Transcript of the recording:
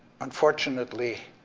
unfortunately,